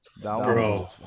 Bro